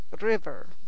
river